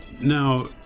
now